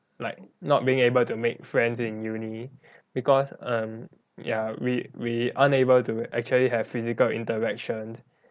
like not being able to make friends in uni because um ya we we unable to actually have physical interaction